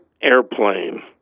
airplane